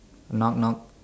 knock knock